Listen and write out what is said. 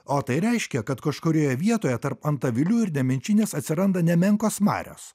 o tai reiškia kad kažkurioje vietoje tarp antavilių ir nemenčinės atsiranda nemenkos marios